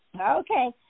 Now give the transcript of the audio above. Okay